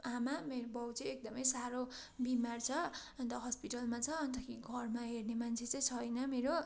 आमा मेरो बाउ चाहिँ एकदम साह्रो बिमार छ अन्त हस्पिटलमा छ अन्तखेरि घरमा हेर्ने मान्छे चाहिँ छैन मेरो